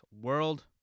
world